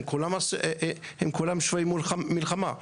הם כולם שבויי מלחמה.